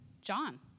John